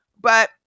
but-